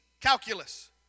calculus